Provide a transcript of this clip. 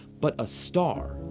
but a star,